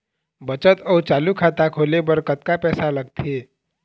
बचत अऊ चालू खाता खोले बर कतका पैसा लगथे?